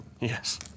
Yes